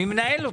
מי מנהל אתכם?